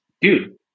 dude